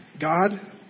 God